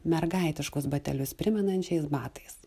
mergaitiškus batelius primenančiais batais